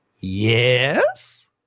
yes